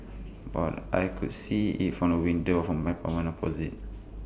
but I could see IT from the windows of my apartment opposite